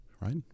right